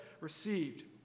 received